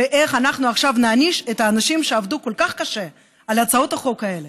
ואיך אנחנו עכשיו נעניש את האנשים שעבדו כל כך קשה על הצעות החוק האלה.